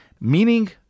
meaning